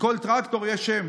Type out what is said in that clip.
לכל טרקטור יש שם: